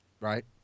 Right